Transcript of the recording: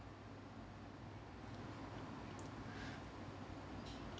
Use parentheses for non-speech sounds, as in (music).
(breath)